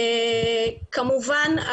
כמובן,